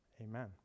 Amen